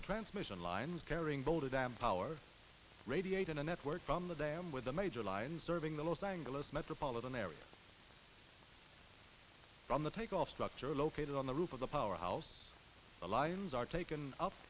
the transmission lines carrying bolded and power radiating the network from the dam with a major line serving the los angles metropolitan area from the take off structure located on the roof of the power house our lives are taken up